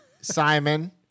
Simon